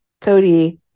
Cody